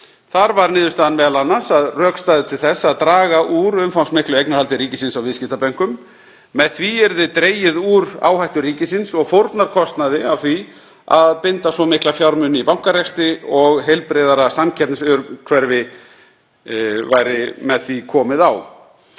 Þar varð niðurstaðan m.a. að rök stæðu til þess að draga úr umfangsmiklu eignarhaldi ríkisins á viðskiptabönkum. Með því yrði dregið úr áhættu ríkisins og fórnarkostnaði af því að binda svo mikla fjármuni í bankarekstri og heilbrigðara samkeppnisumhverfi væri með því komið á.